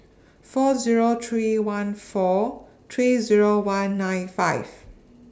four Zero three one four three Zero one nine five